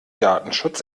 datenschutz